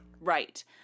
right